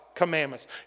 Commandments